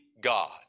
God